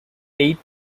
eight